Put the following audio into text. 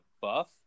buff